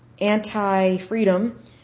anti-freedom